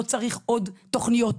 לא צריך עוד תוכניות.